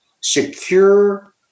secure